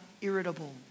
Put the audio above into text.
irritable